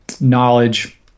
knowledge